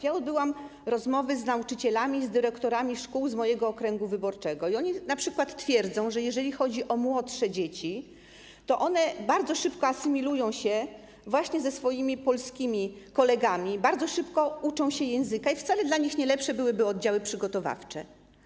Ja odbyłam rozmowy z nauczycielami i z dyrektorami szkół z mojego okręgu wyborczego i oni na przykład twierdzą, że jeżeli chodzi o młodsze dzieci, to one bardzo szybko asymilują się ze swoimi polskimi kolegami, bardzo szybko uczą się języka i wcale dla nich nie lepsze byłyby oddziały przygotowawcze.